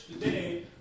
today